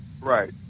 Right